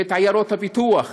ואת עיירות הפיתוח,